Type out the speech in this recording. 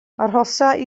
arhosai